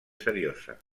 seriosa